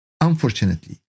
unfortunately